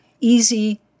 easy